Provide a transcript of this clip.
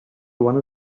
one